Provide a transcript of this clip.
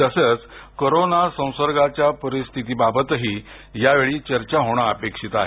तसंच कोरोना संसर्गाची परिस्थितीबाबतही यावेळी चर्चा होणं अपेक्षित आहे